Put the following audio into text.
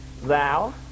thou